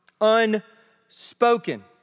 unspoken